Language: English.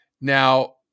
now